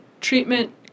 treatment